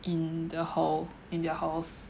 in the hall in their house